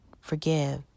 forgive